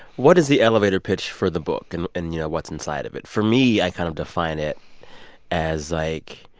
what is the elevator pitch for the book and, and you know, what's inside of it? for me, i kind of define it as, like,